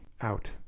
Out